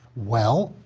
well,